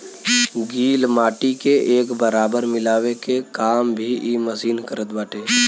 गिल माटी के एक बराबर मिलावे के काम भी इ मशीन करत बाटे